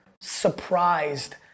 surprised